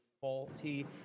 faulty